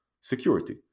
security